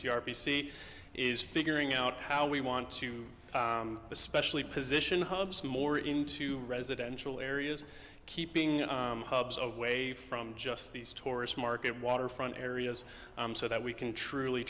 c r p c is figuring out how we want to especially position hubs more into residential areas keeping hubs away from just these tourist market waterfront areas so that we can truly